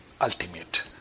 ultimate